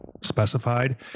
specified